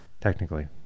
technically